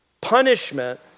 punishment